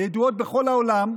הידועות בכל העולם,